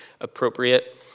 appropriate